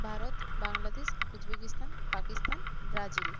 Bharat Bangladesh Uzbekistan Pakistan Brazil